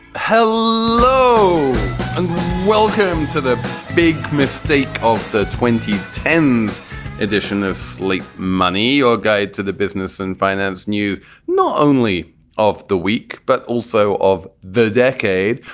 hello and welcome to the big mistake of the twenty ten s edition of slate money, your guide to the business and finance news not only of the week, but also of the decade.